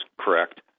correct